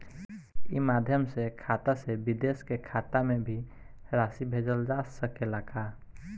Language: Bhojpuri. ई माध्यम से खाता से विदेश के खाता में भी राशि भेजल जा सकेला का?